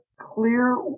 clear